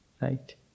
Right